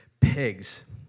pigs